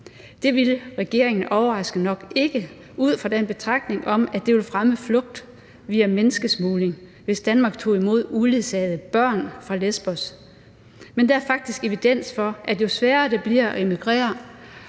Det ville regeringen overraskende nok ikke ud fra en betragtning om, at det ville fremme flugt via menneskesmugling, hvis Danmark tog imod uledsagede børn fra Lesbos. Men der er faktisk evidens for, at jo sværere det bliver at emigrere